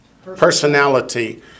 Personality